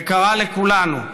יקרה לכולנו.